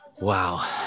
Wow